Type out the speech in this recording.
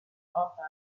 offer